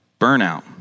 burnout